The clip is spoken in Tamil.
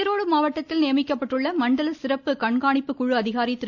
ஈரோடு மாவட்டத்தில் நியமிக்கப்பட்டுள்ள மண்டல சிறப்பு கண்காணிப்பு குழு அதிகாரி திரு